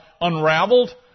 unraveled